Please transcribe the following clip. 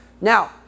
Now